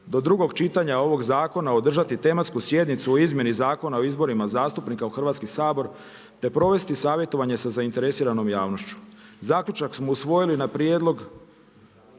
do drugog čitanja ovog zakona održati tematsku sjednicu o izmjeni Zakona o izborima zastupnika u Hrvatski sabor te provesti savjetovanje sa zainteresiranom javnošću. Zaključak smo usvojili na prijedlog